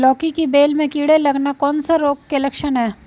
लौकी की बेल में कीड़े लगना कौन से रोग के लक्षण हैं?